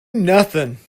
nothing